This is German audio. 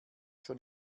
schon